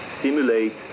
simulate